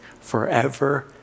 forever